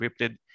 encrypted